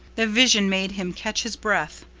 the vision made him catch his breath.